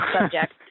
subject